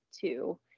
two